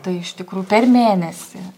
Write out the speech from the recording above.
tai iš tikrųjų per mėnesį